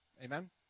Amen